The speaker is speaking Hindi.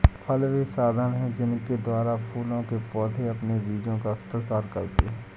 फल वे साधन हैं जिनके द्वारा फूलों के पौधे अपने बीजों का प्रसार करते हैं